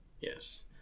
Yes